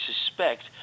suspect